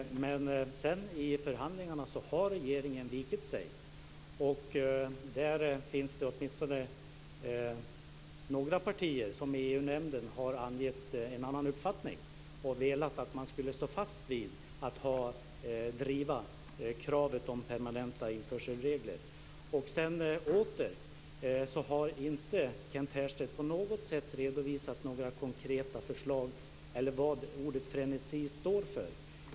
Men i förhandlingarna har sedan regeringen vikit sig. Det finns åtminstone några partier som i EU-nämnden har angett en annan uppfattning och velat att man skulle stå fast vid att driva kravet om permanenta införselregler. Sedan har Kent Härstedt fortfarande inte redovisat några konkreta förslag eller vad ordet frenesi står för.